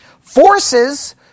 Forces